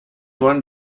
wollen